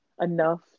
enough